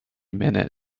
minute